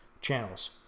channels